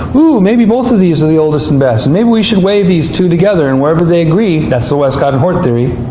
ah ooooh! maybe both of these are the oldest and best. maybe we should weigh these two together, and wherever they agree. that's the westcott and hort theory.